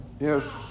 yes